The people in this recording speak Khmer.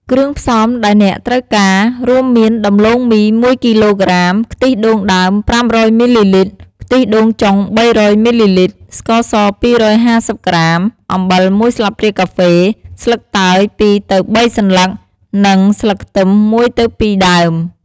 គ្រឿងផ្សំដែលអ្នកត្រូវការ រួមមានដំឡូងមី ១ គីឡូក្រាម ខ្ទិះដូងដើម ៥០០ មីលីលីត្រ ខ្ទិះដូងចុង ៣០០ មីលីលីត្រ ស្ករស ២៥០ ក្រាម អំបិល ១ ស្លាបព្រាកាហ្វេ ស្លឹកតើយ ២ទៅ៣ សន្លឹក និងស្លឹកខ្ទឹម ១ទៅ២ ដើម។